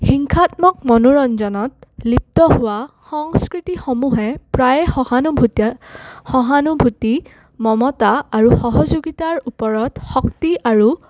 হিংসাত্মক মনোৰঞ্জনত লিপ্ত হোৱা সংস্কৃতিসমূহে প্ৰায়ে সহানুভূত সহানুভূতি মমতা আৰু সহযোগিতাৰ ওপৰত শক্তি আৰু